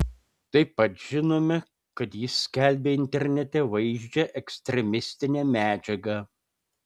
taip pat žinome kad jis skelbė internete vaizdžią ekstremistinę medžiagą